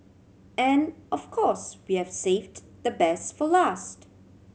and of course we have saved the best for last